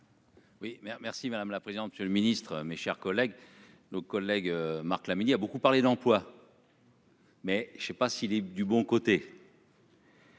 Merci madame la présidente. Monsieur le Ministre, mes chers collègues. Nos collègues Marc midi a beaucoup parlé d'emploi.-- Mais je ne sais pas si libre du bon côté.--